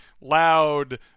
loud